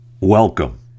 welcome